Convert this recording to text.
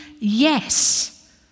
Yes